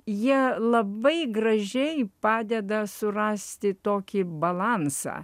jie labai gražiai padeda surasti tokį balansą